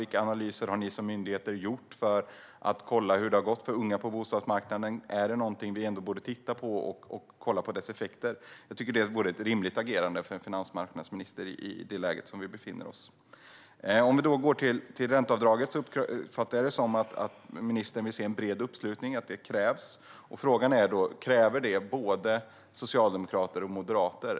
Vilka analyser har ni som myndigheter gjort för att kolla hur det har gått för unga på bostadsmarknaden? Är det någonting vi ändå borde titta på och kolla effekterna av? Jag tycker att det vore ett rimligt agerande för en finansmarknadsminister i det läge som vi befinner oss i. Om vi går över till ränteavdraget uppfattade jag det som att ministern vill se en bred uppslutning och tycker att en sådan krävs. Frågan är då: Kräver det både socialdemokrater och moderater?